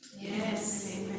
Yes